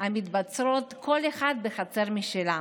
ומתבצרות כל אחת בחצר משלה.